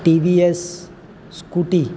TVS scooty